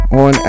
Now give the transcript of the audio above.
on